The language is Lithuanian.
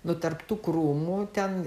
nu tarp tų krūmų ten